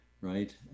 Right